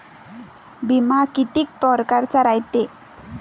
बिमा कितीक परकारचा रायते?